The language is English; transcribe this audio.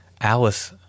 Alice